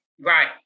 Right